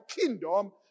kingdom